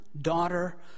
daughter